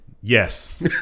Yes